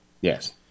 Yes